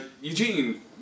Eugene